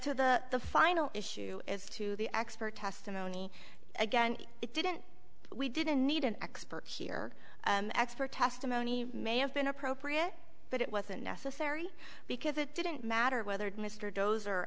to the final issue as to the expert testimony again it didn't we didn't need an expert here expert testimony may have been appropriate but it wasn't necessary because it didn't matter whether mr doze